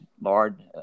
Lord